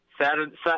Saturday